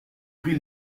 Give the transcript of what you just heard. pris